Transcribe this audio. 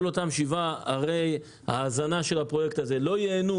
כל אותם שבעה ערי ההזנה של הפרויקט הזה לא ייהנו